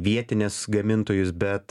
vietinės gamintojus bet